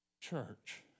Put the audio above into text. Church